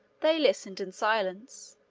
they listened in silence,